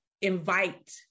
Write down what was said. invite